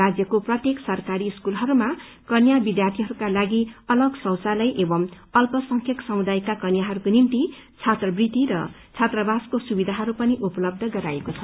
राज्यको प्रत्येक सरकारी स्कूलहरूमा कन्या विद्यार्थीहरूका लागि अलग शौचालय एवं अल्प संख्यक समुदायका कन्याहरूको निम्ति छात्रावृत्ति र छात्रावासको सुविधाहरू पनि उपलब्ध गराइएको छ